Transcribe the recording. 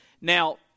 Now